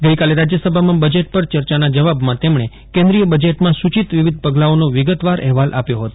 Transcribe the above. ગઈકાલે રાજ્યસભામાં બજેટ પર ચર્ચાના જવાબમાં તેમણે કેન્દ્રીય બજેટમાં સૂચિત વિવિધ પગલાઓનો વિગતવાર અહેવાલ આપ્યો હતો